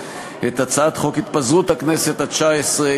הצעת חוק התפזרות הכנסת התשע-עשרה,